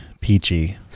peachy